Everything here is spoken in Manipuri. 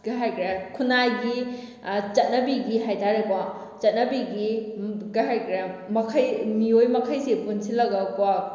ꯀꯩ ꯍꯥꯏꯈ꯭ꯔꯦ ꯈꯨꯟꯅꯥꯏꯒꯤ ꯆꯠꯅꯕꯤꯒꯤ ꯍꯥꯏ ꯇꯥꯔꯦꯀꯣ ꯆꯠꯅꯕꯤꯒꯤ ꯀꯩ ꯍꯥꯏꯈ꯭ꯔꯦ ꯃꯈꯩ ꯃꯤꯑꯣꯏ ꯃꯈꯩꯁꯤ ꯄꯨꯟꯁꯤꯜꯂꯒꯀꯣ